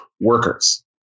workers